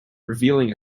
revealing